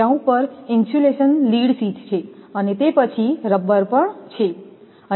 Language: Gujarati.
ત્યાં ઉપર ઇન્સ્યુલેશન લીડ શીથ છે અને તે પછી રબર પણ છે